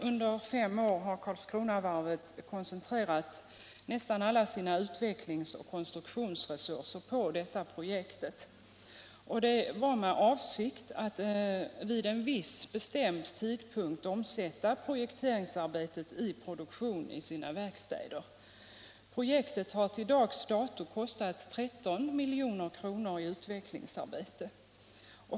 Under fem år har Karlskronavarvet koncentrerat nästan alla utvecklings och konstruktionsresurser på detta projekt med avsikt att vid en viss bestämd tidpunkt omsätta projekteringsarbetet i produktion i sina verkstäder. Projektet har till dags dato kostat 13 milj.kr. i utvecklingsarbete.